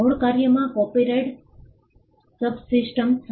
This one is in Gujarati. મૂળ કાર્યોમાં કોપિરાઇટ સબસિસ્ટ્સ